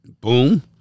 boom